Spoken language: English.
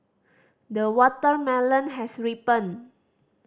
the watermelon has ripened